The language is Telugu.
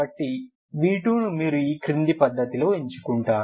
కాబట్టి v2ని మీరు ఈ క్రింది పద్ధతిలో ఎంచుకుంటారు